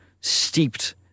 steeped